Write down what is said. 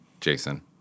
Jason